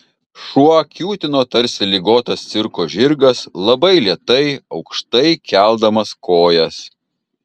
šuo kiūtino tarsi ligotas cirko žirgas labai lėtai aukštai keldamas kojas